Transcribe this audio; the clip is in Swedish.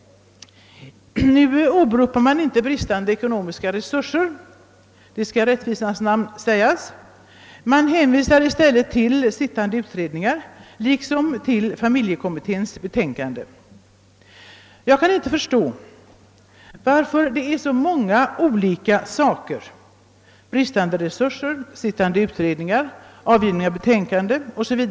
Denna gång åberopar utskottet dock inte bristande ekonomiska resurser, det skall i rättvisans namn sägas. I stället hänvisar utskottet till sittande uiredningar. Jag kan inte förstå varför alltid så många olika faktorer — bristande resurser, sittande utredningar, avgivna betänkanden o. s. v.